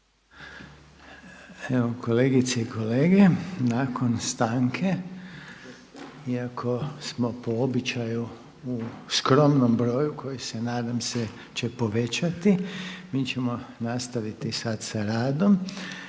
Evo kolegice i kolege, nakon stanke iako smo po običaju u skromnom broju koji se nadam se će povećati. Mi ćemo nastaviti sad sa radom